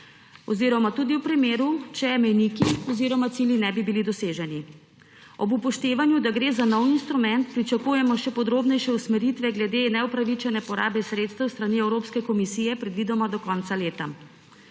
tudi v primeru, če mejniki oziroma cilji ne bi bili doseženi. Ob upoštevanju, da gre za nov instrument, pričakujemo še podrobnejše usmeritve glede neupravičene porabe sredstev s strani Evropske komisije, predvidoma do konca leta.